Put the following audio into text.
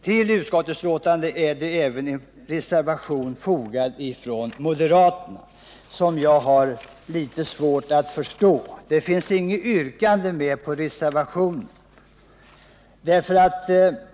Till utskottsbetänkandet är även fogad en reservation från moderaterna vilken jag har litet svårt att förstå, eftersom det inte finns något yrkande i den.